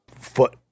foot